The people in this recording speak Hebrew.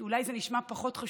שאולי הוא נשמע פחות חשוב,